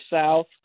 South